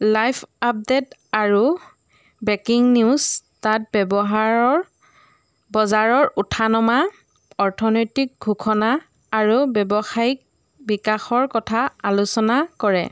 live update আৰু breaking news তাত ব্যৱহাৰৰ বজাৰৰ উঠা নমা অৰ্থনৈতিক ঘোষণা আৰু ব্যৱসায়িক বিকাশৰ কথা আলোচনা কৰে